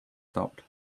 stopped